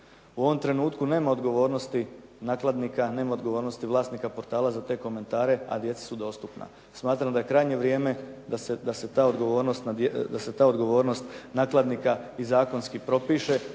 U ovom trenutku nema odgovornosti nakladnika, nema odgovornosti vlasnika portala za te komentare, a djeci su dostupna. Smatram da je krajnje vrijeme da se ta odgovornost nakladnika i zakonski propiše